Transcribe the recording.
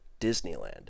Disneyland